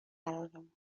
قرارمون